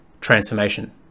transformation